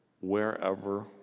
Wherever